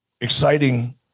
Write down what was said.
exciting